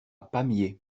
pamiers